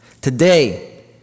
Today